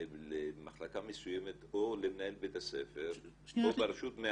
למחלקה מסוימת או למנהל בית הספר או ברשות,